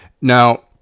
Now